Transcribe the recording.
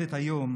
ומתחדדת היום,